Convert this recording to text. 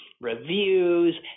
reviews